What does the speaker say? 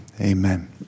Amen